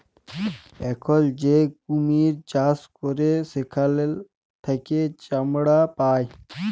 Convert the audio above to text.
এখল যে কুমির চাষ ক্যরে সেখাল থেক্যে চামড়া পায়